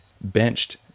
benched